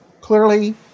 clearly